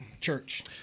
Church